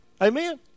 Amen